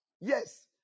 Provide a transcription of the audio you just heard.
Yes